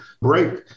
break